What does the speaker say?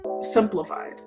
simplified